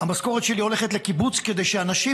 המשכורת שלי הולכת לקיבוץ כדי שאנשים